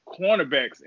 cornerbacks